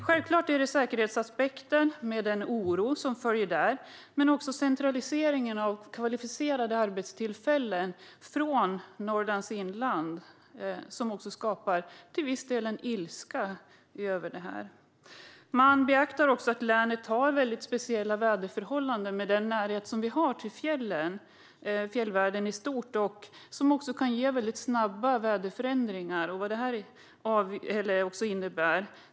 Självklart handlar det om säkerhetsaspekten och den oro som finns. Men det handlar också om centraliseringen av kvalificerade arbetstillfällen från Norrlands inland. Det skapar till viss del en ilska över detta. Man beaktar också att länet har väldigt speciella väderförhållanden i och med närheten till fjällvärlden. Det kan bli väldigt snabba väderförändringar.